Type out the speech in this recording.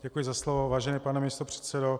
Děkuji za slovo, vážený pane místopředsedo.